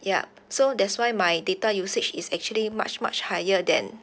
ya so that's why my data usage is actually much much higher then